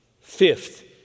Fifth